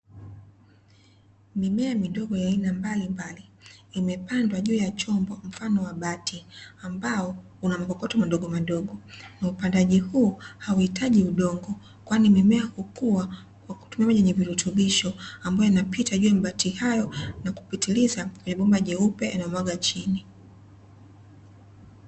Mimea midogo ya aina mbalimbali imepandwa juu ya chombo mfano wa bati ambao unamakokoto madogomadogo kwa upandaji huu hauitaji udongo, kwani mimea hukua kwa kutumia maji yenye vurutubisho ambayo yanapita juu ya mabati hayo na kupitiliza kwenye bomba jeupe yanayomwagwa chini.